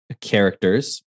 characters